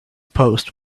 post